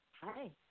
Hi